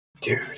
Dude